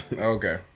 Okay